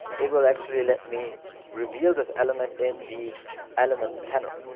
it will actually let me reveal this element in the elements panel.